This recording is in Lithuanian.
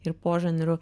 ir požanrių